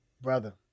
Brother